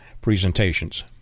presentations